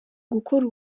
gukora